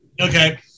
Okay